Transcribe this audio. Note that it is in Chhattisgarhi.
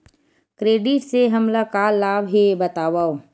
क्रेडिट से हमला का लाभ हे बतावव?